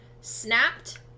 snapped